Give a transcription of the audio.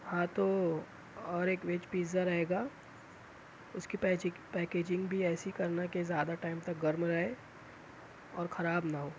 ہاں تو اور ایک ویج پیزا رہے گا اس کی پیجک پیکیجنگ بھی ایسی کرنا کہ زیادہ ٹائم تک گرم رہے اور خراب نہ ہو